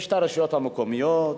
יש הרשויות המקומיות,